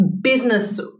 business